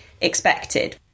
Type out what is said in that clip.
expected